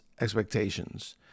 expectations